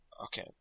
Okay